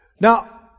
Now